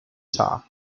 tar